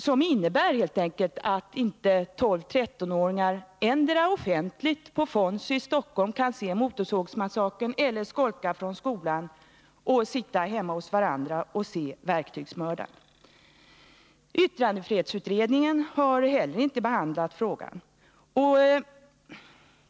Det är fråga om ett utbud som innebär att dessa 12-13-åringar antingen offentligt, på Fonzie's i Stockholm, kan se exempelvis Motorsågsmassakern eller — i samband med att de skolkar från skolan — hemma hos varandra kan se t.ex. Verktygsmördaren. Yttrandefrihetsutredningen har heller inte behandlat frågan.